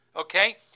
Okay